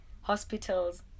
hospitals